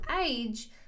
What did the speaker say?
age